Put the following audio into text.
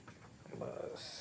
बस